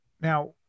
Now